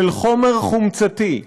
של חומר חומצתי,